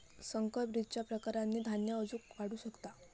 संकर बीजच्या प्रकारांनी धान्य अजून वाढू शकता